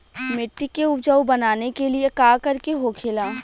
मिट्टी के उपजाऊ बनाने के लिए का करके होखेला?